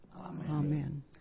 Amen